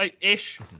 ish